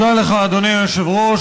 אדוני היושב-ראש.